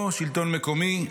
או שלטון מקומי.